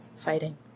fighting